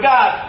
God